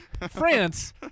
france